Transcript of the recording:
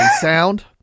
sound